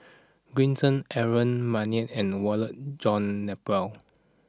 Green Zeng Aaron Maniam and Walter John Napier